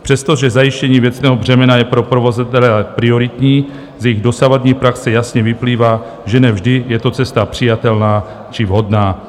Přestože zajištění věcného břemena je pro provozovatele prioritní, z jejich dosavadní praxe jasně vyplývá, že ne vždy je to cesta přijatelná či vhodná.